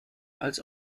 als